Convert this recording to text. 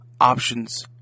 options